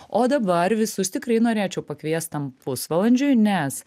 o dabar visus tikrai norėčiau pakviest tam pusvalandžiui nes